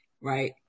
right